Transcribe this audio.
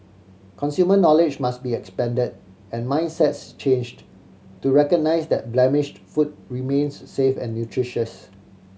consumer knowledge must be expanded and mindsets changed to recognise that blemished food remains safe and nutritious